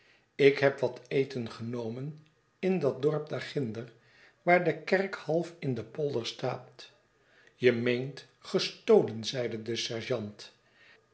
ik heb wat eten genomen in dat dorp daar ginder waar de kerk half in den polder staat je meent gestolen zeide de sergeant